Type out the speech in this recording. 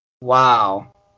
Wow